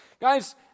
Guys